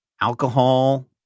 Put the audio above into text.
alcohol